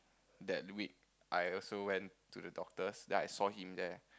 that week I also went to the doctors then I saw him there